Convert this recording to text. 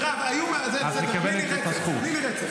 בסדר, מירב, תני לי רצף.